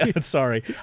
Sorry